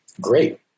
Great